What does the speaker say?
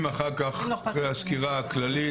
אחרי הסקירה הכללית,